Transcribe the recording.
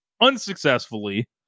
unsuccessfully